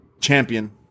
champion